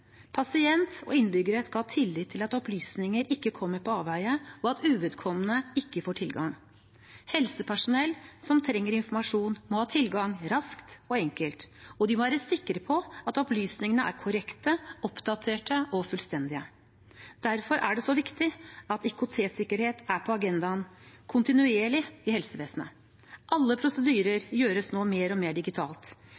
og innbyggere skal ha tillit til at opplysninger ikke kommer på avveie, og at uvedkommende ikke får tilgang. Helsepersonell som trenger informasjon, må ha tilgang raskt og enkelt, og de må være sikre på at opplysningene er korrekte, oppdaterte og fullstendige. Derfor er det så viktig at IKT-sikkerhet er på agendaen kontinuerlig i helsevesenet. Alle